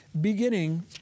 beginning